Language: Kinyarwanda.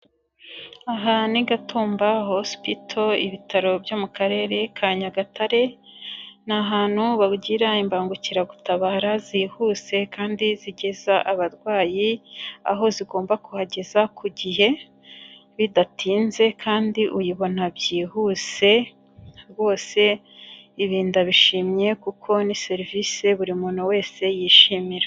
Aha ni Gatumba hospital ibitaro byo mu Karere ka Nyagatare, ni ahantu bagira imbangukiragutabara zihuse, kandi zigeza abarwayi aho zigomba kuhageza ku gihe bidatinze, kandi uyibona byihuse rwose, ibi ndabishimye kuko ni serivisi buri muntu wese yishimira.